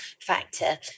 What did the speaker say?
factor